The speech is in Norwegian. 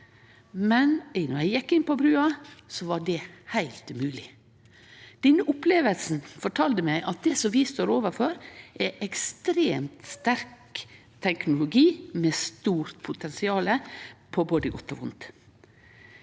men då eg gjekk inn på brua, var det heilt umogleg. Denne opplevinga fortalde meg at det vi står overfor, er ekstremt sterk teknologi med stort potensial på både godt og vondt.